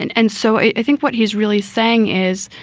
and and so i think what he's really saying is,